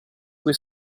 qui